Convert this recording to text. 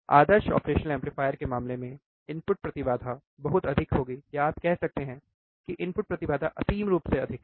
आदर्श operational amplifier के मामले में इनपुट प्रतिबाधा बहुत अधिक होगी या आप कह सकते हैं कि इनपुट प्रतिबाधा असीम रूप से अधिक है